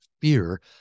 fear